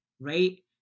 Right